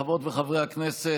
חברות וחברי הכנסת,